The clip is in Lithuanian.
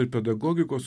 ir pedagogikos